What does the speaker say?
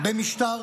במשטר